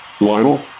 Lionel